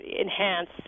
enhance